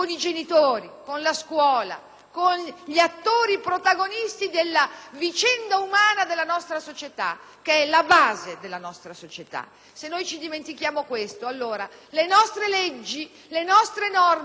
vicenda umana della nostra società. Se ci dimentichiamo questo allora le nostre leggi, le nostre norme, anche se buonissime, resteranno scritte sulla carta e basta. Faremo ottime leggi per la carta.